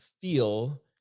feel